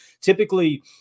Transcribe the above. Typically